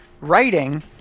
writing